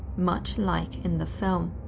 much like in the film.